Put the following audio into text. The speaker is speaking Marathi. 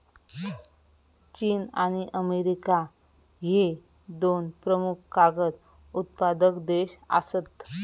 चीन आणि अमेरिका ह्ये दोन प्रमुख कागद उत्पादक देश आसत